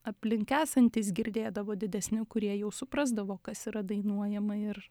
aplink esantys girdėdavo didesni kurie jau suprasdavo kas yra dainuojama ir